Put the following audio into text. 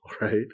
right